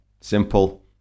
Simple